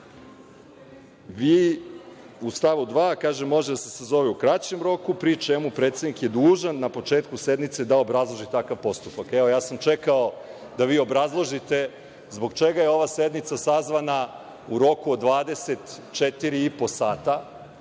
stavu 2. kaže – može da se sazove u kraćem roku, pri čemu je predsednik dužan na početku sednice da obrazloži takav postupak. Ja sam čekao da vi obrazložite zbog čega je ova sednica sazvana u roku od 24 i po sata,